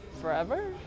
forever